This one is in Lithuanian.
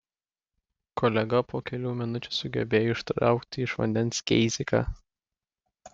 kolega po kelių minučių sugebėjo ištraukti iš vandens keiziką